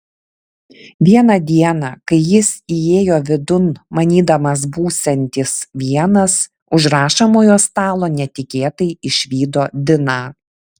vieną dieną kai jis įėjo vidun manydamas būsiantis vienas už rašomojo stalo netikėtai išvydo diną